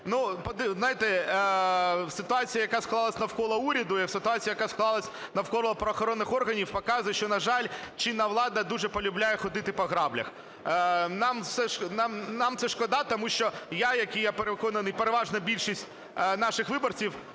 Знаєте, ситуація, яка склалася навколо уряду, і ситуація, яка склалась навколо правоохоронних органів, показує, що, на жаль, чинна влада дуже полюбляє ходити по граблях. Нам це шкода, тому що я і, я переконаний, переважна більшість наших виборців